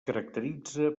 caracteritza